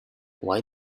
why